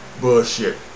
Bullshit